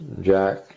Jack